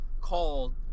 called